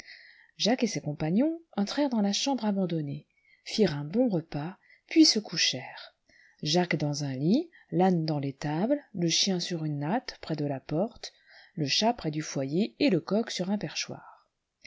iues et ses compagnons entrèrent dans la chambre abandonnée firent un bon repas puis se couchèrent jacques dans un lit l'âne dans l'étable le chien sur une natte près de la porte le chat près du foyer et le coq sur un perchoir